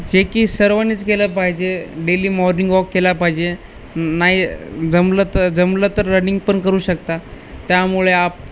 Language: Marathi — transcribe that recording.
जे की सर्वांनीच केलं पाहिजे डेली मॉर्निंग वॉक केला पाहिजे नाही जमलं तर जमलं तर रनिंग पण करू शकता त्यामुळे आप